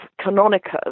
Canonicus